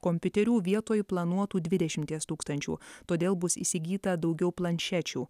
kompiuterių vietoj planuotų dvidešimties tūkstančių todėl bus įsigyta daugiau planšečių